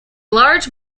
large